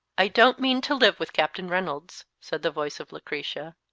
i don't mean to live with captain reynolds, said the voice of lucretia.